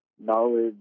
knowledge